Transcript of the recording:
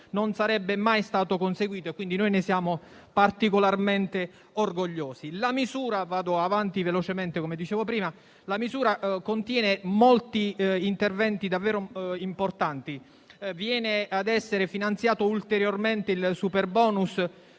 non sarebbe mai stato conseguito e quindi ne siamo particolarmente orgogliosi. La misura contiene molti interventi davvero importanti, viene finanziato ulteriormente il superbonus